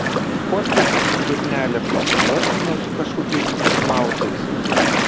fotkėse kaip durnelė prisifotkino su kažkokiais mikimauzais